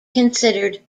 considered